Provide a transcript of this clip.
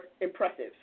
impressive